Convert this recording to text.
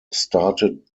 started